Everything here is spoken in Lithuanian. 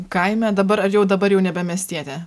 kaime dabar ar jau dabar jau nebe miestietė